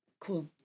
cool